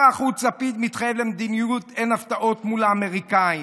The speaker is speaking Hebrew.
"שר החוץ לפיד מתחייב למדיניות 'אין הפתעות' מול האמריקנים